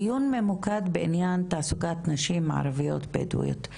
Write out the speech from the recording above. הדיון ממוקד בעניין תעסוקת נשים ערביות בדואיות,